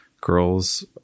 girls